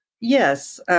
Yes